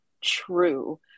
true